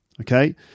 okay